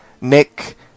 Nick